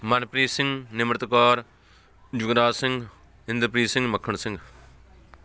Manpreet Singh Nimrat Kaur Jugraj Singh Inderpreet Singh Makhan Singh